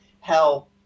help